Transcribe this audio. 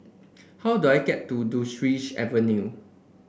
how do I get to Duchess Avenue